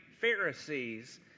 Pharisees